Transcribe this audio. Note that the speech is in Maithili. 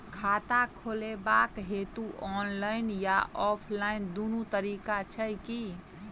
खाता खोलेबाक हेतु ऑनलाइन आ ऑफलाइन दुनू तरीका छै की?